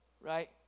right